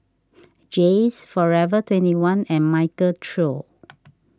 Jays forever twenty one and Michael Trio